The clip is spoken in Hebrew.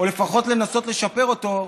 או לפחות לנסות לשפר אותו,